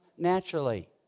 Naturally